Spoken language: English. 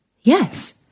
Yes